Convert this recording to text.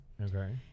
Okay